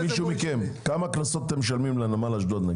כמה קנסות אתם משלמים לנמל אשדוד?